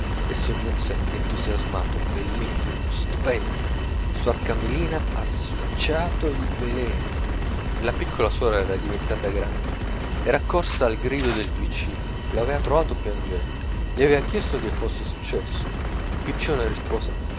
e soggiunse entusiasmato bellissimo stupendo suor carmelina ha succiato il veleno la piccola suora era diventata grande era accorsa al grido del piccino lo aveva trovato piangente gli aveva chiesto che fosse successo il piccino